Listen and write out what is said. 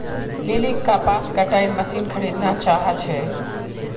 लिलीक कपास कटाईर मशीन खरीदना चाहा छे